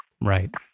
right